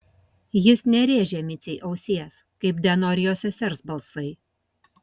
jis nerėžė micei ausies kaip deno ar jo sesers balsai